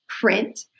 print